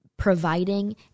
providing